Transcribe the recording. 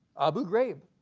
abu ghraib,